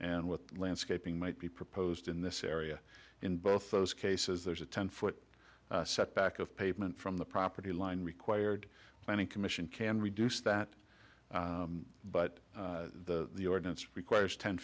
and what landscaping might be proposed in this area in both those cases there's a ten foot setback of pavement from the property line required planning commission can reduce that but the ordinance requires ten